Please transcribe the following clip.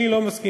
אני לא מסכים,